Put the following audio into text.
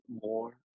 more